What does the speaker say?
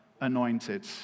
anointed